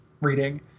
reading